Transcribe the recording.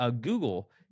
Google